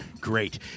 great